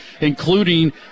including